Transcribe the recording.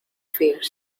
fears